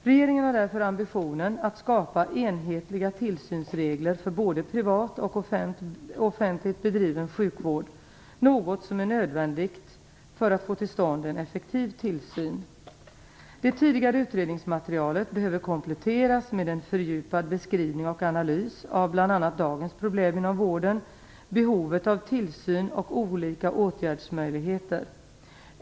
Regeringen har därför ambitionen att skapa enhetliga tillsynsregler för både privat och offentligt bedriven sjukvård - något som är nödvändigt för att få till stånd en effektiv tillsyn. Det tidigare utredningsmaterialet behöver kompletteras med en fördjupad beskrivning och analys av bl.a. dagens problem inom vården, behovet av tillsyn och olika åtgärdsmöjligheter.